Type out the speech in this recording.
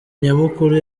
nyamukuru